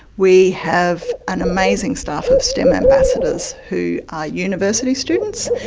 we have an amazing staff of stem ambassadors who are university students,